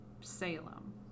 Salem